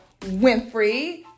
Winfrey